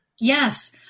Yes